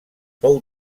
fou